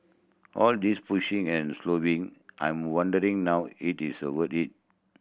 all this pushing and I'm wondering now it is it